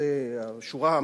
זו השורה,